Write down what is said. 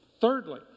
Thirdly